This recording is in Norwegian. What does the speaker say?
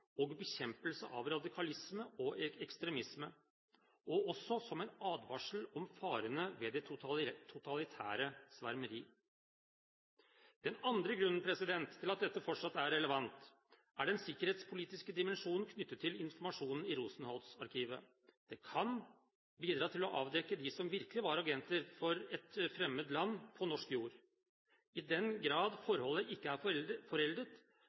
og bekjempelse av radikalisme og ekstremisme – og også en advarsel om farene ved det totalitære svermeri. Den andre grunnen til at dette fortsatt er relevant, er den sikkerhetspolitiske dimensjonen knyttet til informasjonen i Rosenholz-arkivet. Det kan bidra til å avdekke dem som virkelig var agenter for et fremmed land på norsk jord. I den grad forholdet ikke er